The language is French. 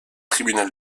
tribunal